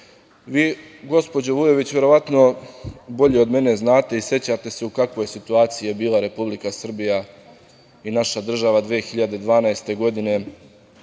državi. Gospođo Vujović, vi verovatno bolje od mene znate i sećate se u kakvoj situaciji je bila Republika Srbija i naša država 2012. godine,